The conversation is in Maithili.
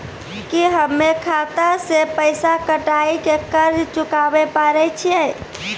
की हम्मय खाता से पैसा कटाई के कर्ज चुकाबै पारे छियै?